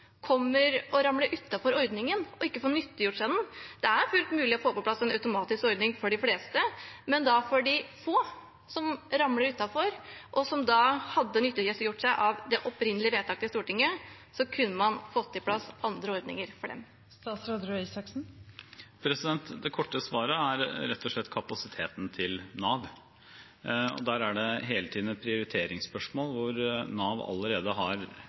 ordningen og ikke får nyttiggjort seg den. Det er fullt mulig å få på plass en automatisk ordning for de fleste, men for de få som ramler utenfor, og som ville ha nyttiggjort seg av det opprinnelige vedtaket til Stortinget, kunne man fått på plass andre ordninger. Det korte svaret er rett og slett kapasiteten til Nav. Der er det hele tiden et prioriteringsspørsmål. Nav er allerede testet til det ytterste hver eneste dag og hver eneste uke. Da har